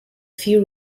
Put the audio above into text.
few